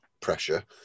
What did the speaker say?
pressure